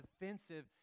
defensive